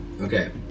Okay